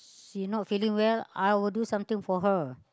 she not feeling well I would do something for her